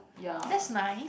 that's nice